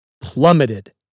plummeted